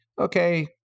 okay